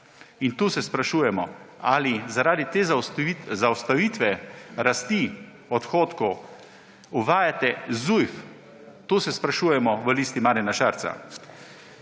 In tu se sprašujemo, ali zaradi te zaustavitve rasti odhodkov uvajate Zujf. To se sprašujemo v Listi Marjana Šarca.